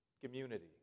community